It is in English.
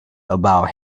about